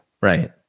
Right